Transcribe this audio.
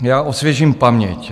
Já osvěžím paměť.